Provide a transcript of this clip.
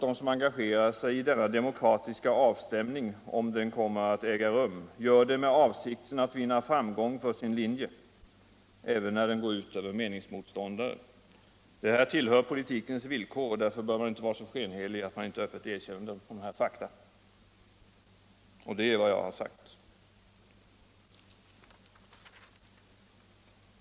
De som engagerar sig i denna demokratiska avstämning, om den nu kommer att äga rum, gör det givetvis i avsikt att vinna framgång för sin linje. även om det går ut över meningsmotståndare. Det tillhör politikens villkor, och därför bör man inte vara så skenhelig att man inte öppet erkänner detta faktum.